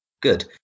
Good